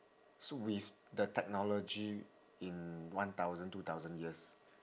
so with the technology in one thousand two thousand years